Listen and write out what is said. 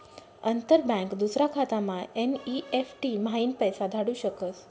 अंतर बँक दूसरा खातामा एन.ई.एफ.टी म्हाईन पैसा धाडू शकस